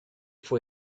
fue